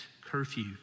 curfew